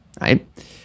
right